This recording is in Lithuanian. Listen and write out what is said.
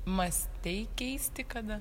mąstei keisti kada